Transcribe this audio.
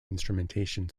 instrumentation